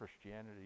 Christianity